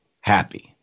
happy